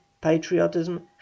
patriotism